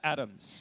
Adams